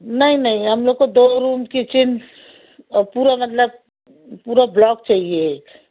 नहीं नहीं हम लोग को दो रूम कीचिन और पूरा मतलब पूरा ब्लॉक चाहिए एक